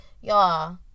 y'all